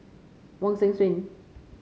Wong Hong Suen